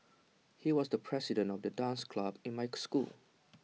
he was the president of the dance club in mike school